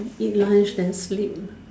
eat lunch then sleep